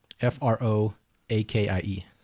f-r-o-a-k-i-e